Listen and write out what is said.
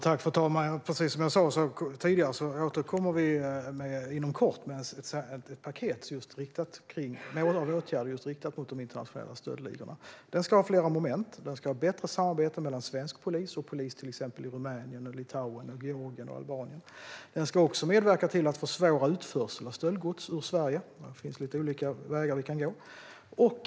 Fru talman! Precis som jag sa tidigare återkommer vi inom kort med ett paket med mål och åtgärder riktat mot just de internationella stöldligorna. Här finns flera moment. Det ska bli bättre samarbete mellan svensk polis och polis i exempelvis Rumänien, Litauen, Georgien och Albanien. Det ska också bli svårare att föra ut stöldgods ur Sverige, och här finns lite olika vägar att gå.